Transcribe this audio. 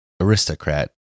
aristocrat